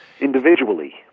individually